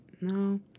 No